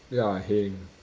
ya heng